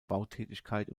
bautätigkeit